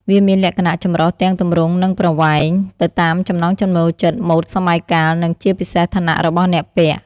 វាមានលក្ខណៈចម្រុះទាំង ទម្រង់ និងប្រវែង ទៅតាមចំណង់ចំណូលចិត្ត ម៉ូដសម័យកាល និងជាពិសេសឋានៈរបស់អ្នកពាក់។